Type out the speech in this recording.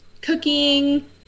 cooking